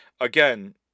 again